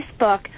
Facebook